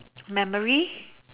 memories